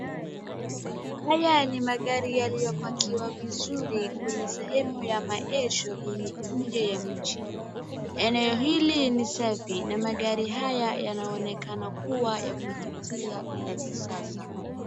Haya ni magari yaliyo pakiwa vizuri kwenye sehemu ya maesho yenye nje ya nchi . Eneo hili ni safi na magari haya yanaonekana kuwa ya kuvutia na ya kisasa.